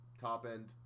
top-end